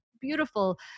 beautiful